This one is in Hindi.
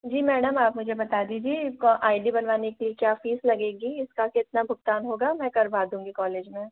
जी मैडम आप मुझे बता दीजिए इसको आई डी बनवाने की क्या फीस लगेगी इसका कितना भुगतान होगा मैं करवा दूंगी कॉलेज में